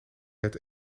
het